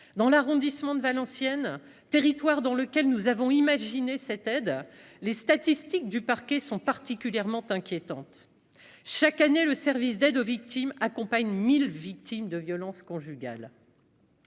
Dans l'arrondissement de Valenciennes, le territoire dans lequel nous avons imaginé cette aide, les statistiques du parquet sont particulièrement inquiétantes. Chaque année, le service d'aide aux victimes accompagne 1 000 victimes de violences conjugales.